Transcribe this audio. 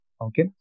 okay